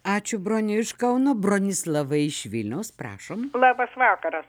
ačiū broniui iš kauno bronislavai iš vilniaus prašom labas vakaras